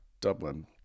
Dublin